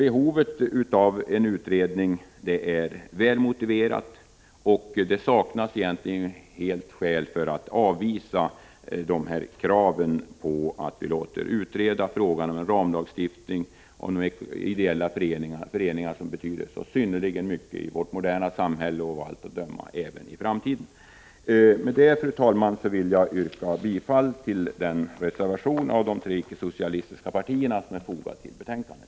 Kravet på en utredning om en ramlagstiftning om ideella föreningar är väl motiverat — behovet finns. Skäl för att avvisa dessa krav saknas helt. Ideella föreningar betyder synnerligen mycket i vårt moderna samhälle och kommer av allt att döma att göra det även i framtiden. Med detta, fru talman, vill jag yrka bifall till den reservation av de tre icke-socialistiska partierna som är fogad till betänkandet.